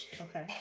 Okay